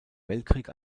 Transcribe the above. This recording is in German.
weltkrieg